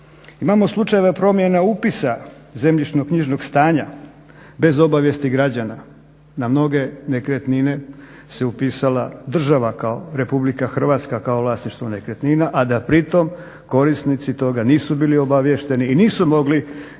Imamo slučajeve promjene upisa zemljišno-knjižnog stanja bez obavijesti građana na mnoge nekretnine se upisala država kao, RH kao vlasništvo nekretnina a da pritom korisnici toga nisu bili obaviješteni i nisu mogli